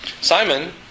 Simon